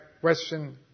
question